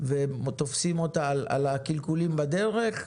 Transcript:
ותופסים אותה על הקלקולים בדרך,